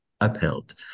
upheld